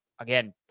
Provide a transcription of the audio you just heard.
again